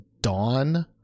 Dawn